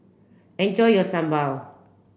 enjoy your Sambal